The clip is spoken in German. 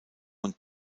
und